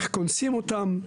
איך קונסים אותם.